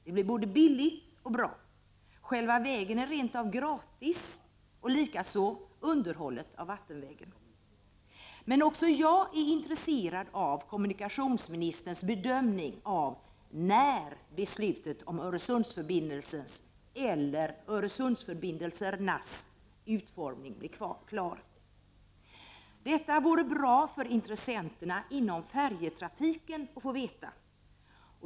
Det blir både billigt och bra. Själva vägen är rent av gratis, likaså underhållet av vattenvägen. Men också jag är intresserad av kommunikationsministerns bedömning av när beslutet om Öresundsförbindelsens eller förbindelsernas utformning blir klart. Detta vore bra för intressenterna inom färjetrafiken att få veta.